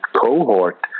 cohort